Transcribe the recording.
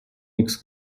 nichts